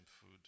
food